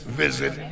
visit